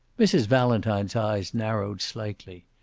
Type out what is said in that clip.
mrs. valentine's eyes narrowed slightly.